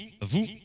vous